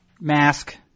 mask